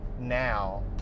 now